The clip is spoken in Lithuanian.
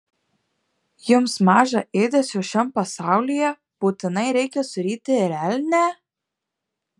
jums maža ėdesio šiam pasaulyje būtinai reikia suryti ir elnią